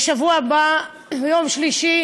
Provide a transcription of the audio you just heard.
ביום שלישי